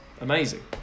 amazing